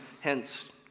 hence